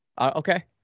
Okay